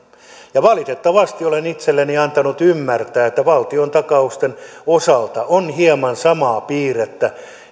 valitettavasti olen antanut itseni ymmärtää valtiontakausten osalta on hieman samaa piirrettä